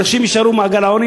אנשים יישארו במעגל העוני,